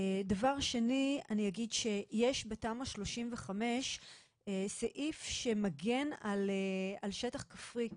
דבר שני אני אגיד שיש בתמ"א 35 סעיף שמגן על שטח כפרי.